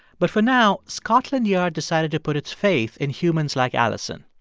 but for now, scotland yard decided to put its faith in humans like alison.